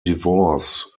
divorce